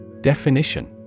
Definition